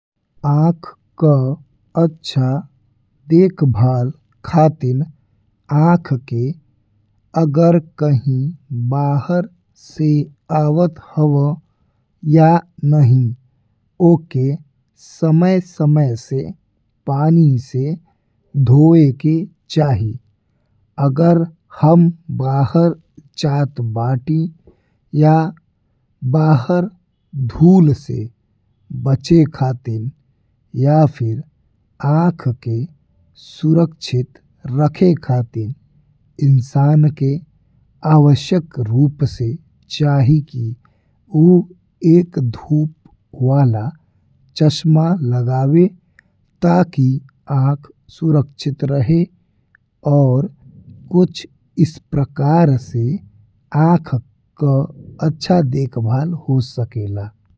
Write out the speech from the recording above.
आँख का अच्छा देखभाल खातिर आँख के अगर कहीं बाहर से आवत हवा या नहीं, ओके समय-समय से पानी से धोए के चाही। अगर हम बाहर जात बानीं या बाहर धूल से बचे खातिर या फिर आँख के सुरक्षित रखे खातिर इंसान के आवश्यक रूप से चाही कि ऊ एक धूप वाला चश्मा लगावे। ताकि आँख सुरक्षित रहे और कुछ इस प्रकार से आँख का अच्छा देखभाल हो सकेले।